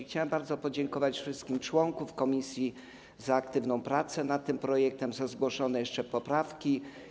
Chciałem bardzo podziękować wszystkim członkom komisji za aktywną pracę nad tym projektem, za zgłoszone jeszcze poprawki.